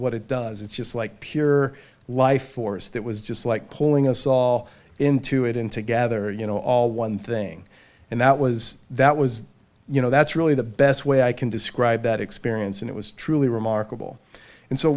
what it does it's just like pure lifeforce that was just like pulling us all into it and together you know all one thing and that was that was you know that's really the best way i can describe that experience and it was truly remarkable and so